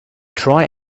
try